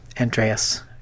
Andreas